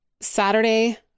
Saturday